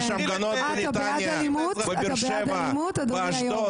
יש הפגנות בנתניה, בבאר שבע, באשדוד.